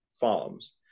farms